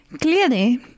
Clearly